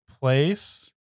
place